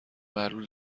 معلول